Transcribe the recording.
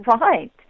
Right